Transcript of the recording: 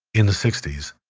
in the sixty s,